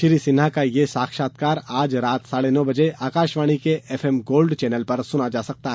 श्री सिन्हा का यह साक्षात्कार आज रात साढ़े नौ बजे आकाशवाणी के एफएम गोल्ड चैनल पर सुना जा सकता है